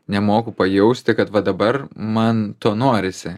nemoku pajausti kad va dabar man to norisi